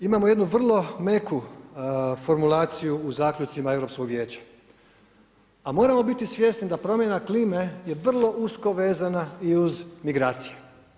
Imamo jednu vrlo meku formulaciju u zaključcima Europskog vijeća, a moramo biti svjesni da promjena klime je vrlo usko vezana i uz migracije.